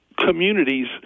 communities